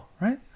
right